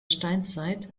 steinzeit